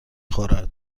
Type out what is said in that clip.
خورد